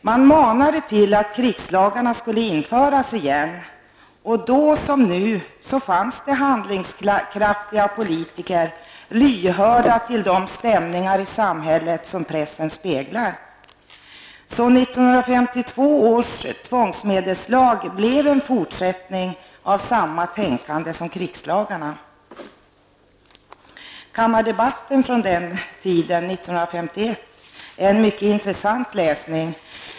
Man manade till ett förnyat införande av krigslagarna, och då som nu fanns handlingskraftiga politiker lyhörda för de stämningar i samhället som pressen speglade. Därför blev 1952 års tvångsmedelslag en fortsättning på samma tänkande som krigslagarna var uttryck för. Kammardebatten från 1951 är en mycket intressant läsning.